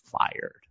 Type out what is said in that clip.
fired